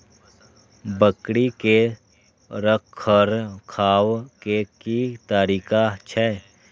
बकरी के रखरखाव के कि तरीका छै?